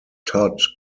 todd